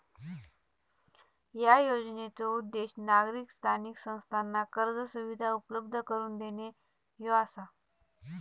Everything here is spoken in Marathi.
या योजनेचो उद्देश नागरी स्थानिक संस्थांना कर्ज सुविधा उपलब्ध करून देणे ह्यो आसा